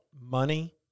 money